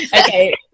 Okay